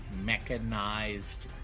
mechanized